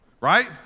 Right